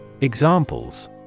Examples